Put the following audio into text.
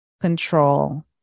control